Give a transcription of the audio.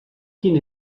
quin